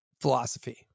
philosophy